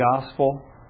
gospel